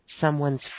someone's